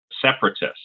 separatists